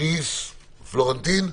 איריס פלורנטין.